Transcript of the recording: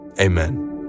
Amen